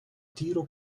tiro